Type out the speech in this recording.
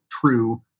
true